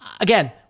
again